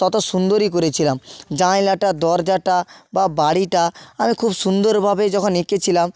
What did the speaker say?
ততো সুন্দরই করেছিলাম জানলাটা দরজাটা বা বাড়িটা আমি খুব সুন্দরভাবে যখন এঁকেছিলাম